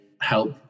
help